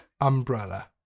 umbrella